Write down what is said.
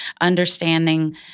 understanding